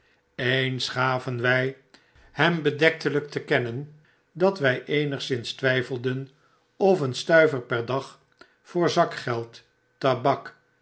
eens gaven wjj hem bedektelyk te kennen dat wy eenigszins twyfelden of een stuiver per dag voor zakgeld tabak